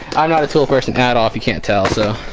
i'm not a total person pad off you can't tell so